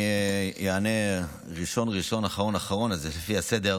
אני אענה ראשון ראשון, אחרון אחרון, לפי הסדר.